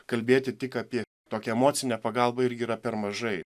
kalbėti tik apie tokią emocinę pagalbą irgi yra per mažai